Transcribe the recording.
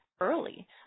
early